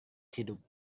hidup